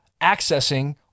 accessing